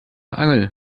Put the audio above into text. angel